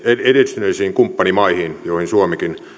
edistyneisiin kumppanimaihin joihin suomikin